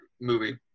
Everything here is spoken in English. movie